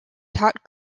taught